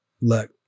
Look